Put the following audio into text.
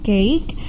Cake